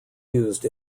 used